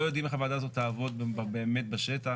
יודעים איך הוועדה הזאת תעבוד באמת בשטח.